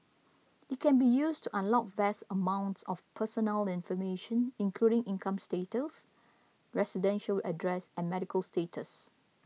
it can be used to unlock vast amounts of personal information including incomes details residential address and medical status